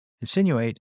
insinuate